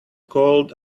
called